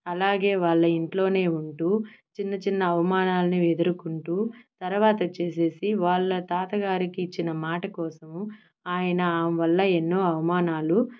అలాగే వాళ్ళ ఇంట్లోనే ఉంటూ చిన్న చిన్న అవమానాల్ని ఎదుర్కుంటూ తరువాతోచ్చేసేసి వాళ్ళ తాతగారికిచ్చిన మాటకోసము ఆయన ఆమె వల్ల అవమానాలు